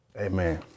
Amen